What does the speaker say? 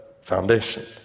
foundation